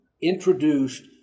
introduced